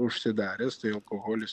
užsidaręs tai alkoholis